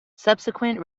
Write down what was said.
subsequent